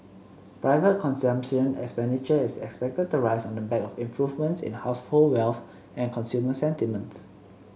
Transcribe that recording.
private consumption expenditure is expected to rise on the back of improvements in household wealth and consumer sentiments